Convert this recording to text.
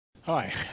Hi